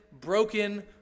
broken